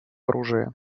оружия